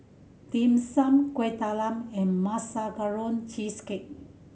Dim Sum Kueh Talam and Marshmallow Cheesecake